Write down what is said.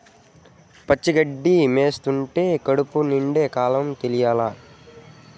పచ్చి గడ్డి మేస్తంటే కడుపు నిండే కాలం తెలియలా